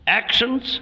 actions